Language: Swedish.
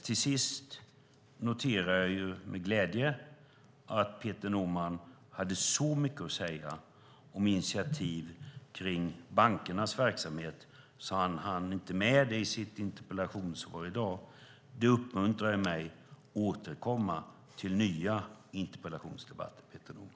Slutligen noterar jag med glädje att Peter Norman hade så mycket att säga om initiativ beträffande bankernas verksamhet att han inte hann med dessa frågor i sitt interpellationssvar i dag. Det uppmuntrar mig att återkomma till nya interpellationsdebatter med Peter Norman.